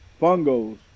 fungos